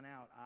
out